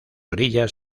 orillas